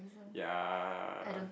ya